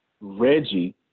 Reggie